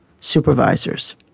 supervisors